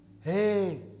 hey